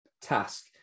task